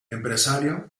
empresario